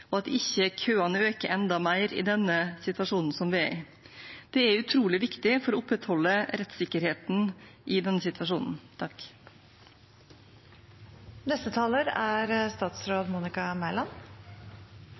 og at ikke køene øker enda mer i denne situasjonen som vi er i. Det er utrolig viktig for å opprettholde rettssikkerheten i denne situasjonen.